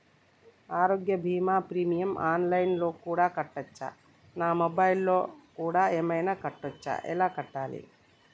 ఆరోగ్య బీమా premium online లో కూడా కట్టచ్చా? నా మొబైల్లో కూడా ఏమైనా కట్టొచ్చా? ఎలా కట్టాలి?